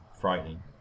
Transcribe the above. frightening